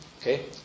Okay